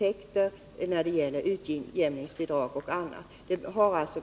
Skillnaden betyder mindre utjämningsbidrag och annat än som behövs.